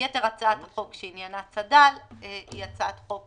יתר הצעת החוק שעניינה צד"ל היא הצעת חוק